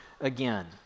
again